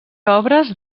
obres